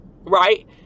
Right